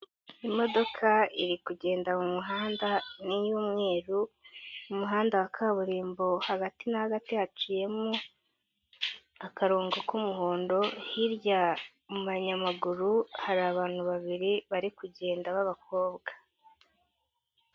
Imodoka iri kugenda mu muhanda ni iy'umweru, mu muhanda wa kaburimbo hagati na hagati haciyemo akarongo k'umuhondo hirya mu banyamaguru hari abantu babiri bari kugenda b'abakobwa.